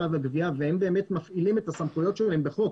והגבייה והם באמת מפעלים את הסמכויות שלהם בחוק